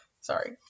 Sorry